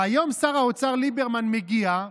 והיום שר האוצר ליברמן מגיע,